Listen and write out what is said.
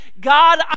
God